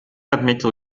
отметил